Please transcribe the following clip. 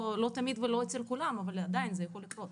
לא תמיד ולא אצל כולם, אבל עדיין זה יכול לקרות.